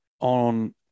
on